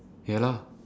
ya lah